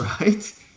Right